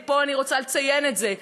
ופה אני רוצה לציין את זה,